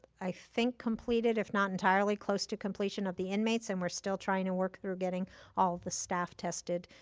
i think, completed, if not entirely, close to completion of the inmates and we're still trying to work through getting all the staff tested.